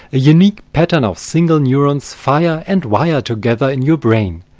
a unique pattern of single neurons fire and wire together in your brain.